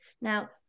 now